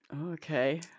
Okay